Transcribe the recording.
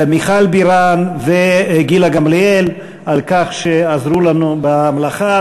מיכל בירן וגילה גמליאל על כך שעזרו לנו במלאכה,